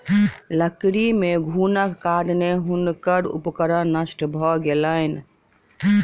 लकड़ी मे घुनक कारणेँ हुनकर उपकरण नष्ट भ गेलैन